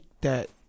that-